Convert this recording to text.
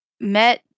met